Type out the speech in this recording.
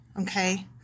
okay